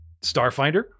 Starfinder